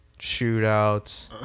shootouts